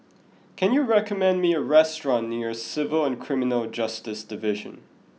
can you recommend me a restaurant near Civil and Criminal Justice Division